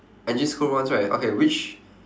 engine school once right okay which